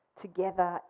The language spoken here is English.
together